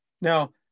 Now